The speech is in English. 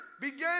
began